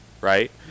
right